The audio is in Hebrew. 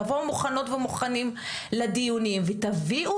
תבואו מוכנות ומוכנים לדיונים ותביאו